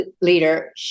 leader